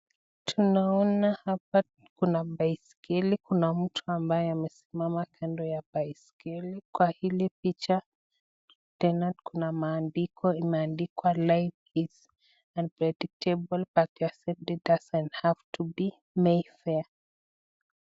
Tunaona hapa baiskeli Kuna mtu ambaye amesimama kando ya baiskeli kwa ili picha tena Kuna maandiko imeandikwa 'life is unpredictable but your safety doesn't have to be may fair'.